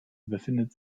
befindet